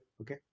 okay